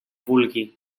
vulgui